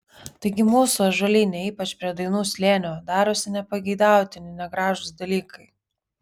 taigi mūsų ąžuolyne ypač prie dainų slėnio darosi nepageidautini negražūs dalykai